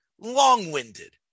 long-winded